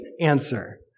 answer